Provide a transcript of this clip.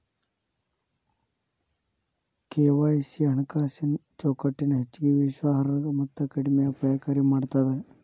KYC ಹಣಕಾಸಿನ್ ಚೌಕಟ್ಟನ ಹೆಚ್ಚಗಿ ವಿಶ್ವಾಸಾರ್ಹ ಮತ್ತ ಕಡಿಮೆ ಅಪಾಯಕಾರಿ ಮಾಡ್ತದ